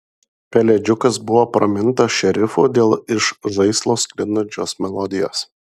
pelėdžiukas buvo pramintas šerifu dėl iš žaislo sklindančios melodijos